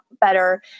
better